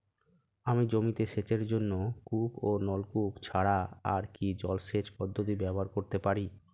আমি জমিতে সেচের জন্য কূপ ও নলকূপ ছাড়া আর কি জলসেচ পদ্ধতি ব্যবহার করতে পারি?